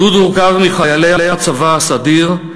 הגדוד הורכב מחיילי הצבא הסדיר,